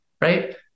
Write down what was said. right